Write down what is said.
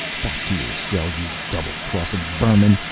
back to your cell, you double-crossing vermin!